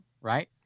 right